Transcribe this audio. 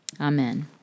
Amen